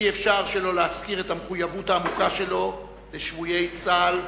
אי-אפשר שלא להזכיר את המחויבות העמוקה שלו לשבויי צה"ל ולנעדריו.